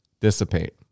dissipate